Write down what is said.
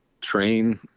train